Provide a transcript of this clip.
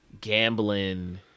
gambling